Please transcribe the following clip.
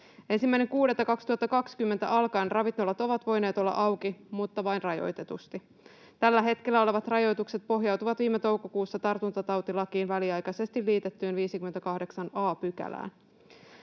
1.6.2020 alkaen ravintolat ovat voineet olla auki mutta vain rajoitetusti. Tällä hetkellä olevat rajoitukset pohjautuvat viime toukokuussa tartuntatautilakiin väliaikaisesti liitettyyn 58 a §:ään.